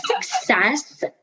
success